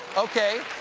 okay.